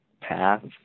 path